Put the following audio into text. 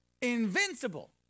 invincible